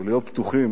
ולהיות פתוחים